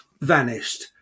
vanished